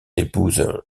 épouse